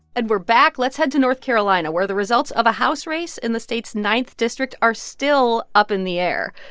and we're back. let's head to north carolina, where the results of a house race in the state's ninth district are still up in the air.